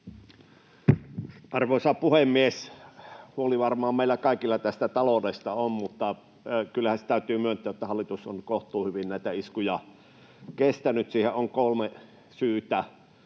Arvoisa puhemies! Huoli varmaan meillä kaikilla tästä taloudesta on, mutta kyllähän se täytyy myöntää, että hallitus on kohtuuhyvin näitä iskuja kestänyt. Siihen on kolme syytä,